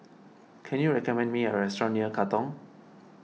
can you recommend me a restaurant near Katong